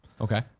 Okay